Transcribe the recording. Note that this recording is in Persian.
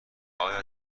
آیا